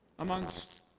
amongst